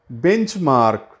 benchmark